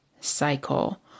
cycle